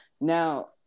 Now